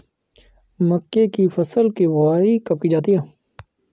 मक्के की फसल की बुआई कब की जाती है?